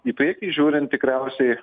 į priekį žiūrint tikriausiai